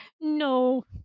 No